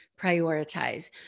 prioritize